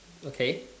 okay